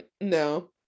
No